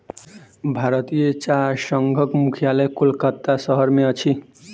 भारतीय चाह संघक मुख्यालय कोलकाता शहर में अछि